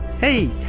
hey